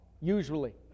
usually